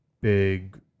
big